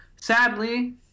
sadly